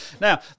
Now